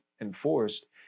enforced